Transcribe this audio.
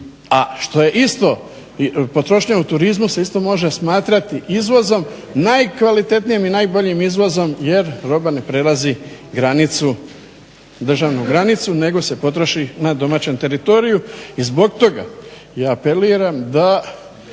a što je isto potrošnja u turizmu se isto može smatrati izvozom najkvalitetnijim i najboljim izvozom jer roba ne prelazi granicu, državno granicu nego se potroši na domaćem teritoriju. I zbog toga ja apeliram da